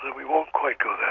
we won't quite go